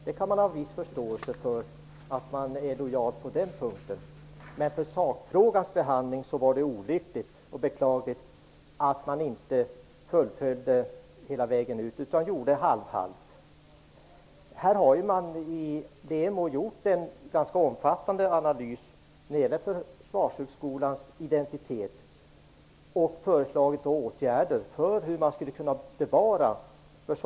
Jag kan ha en viss förståelse för att man är lojal på den punkten, men för sakfrågans behandling var det olyckligt och beklagligt att man inte gick hela vägen utan gjorde halv halt. LEMO hade gjort en ganska omfattande analys av Försvarshögskolans identitet och förslagit åtgärder för hur man skulle kunna bevara den.